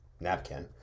napkin